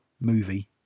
movie